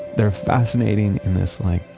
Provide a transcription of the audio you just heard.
they're fascinating in this like,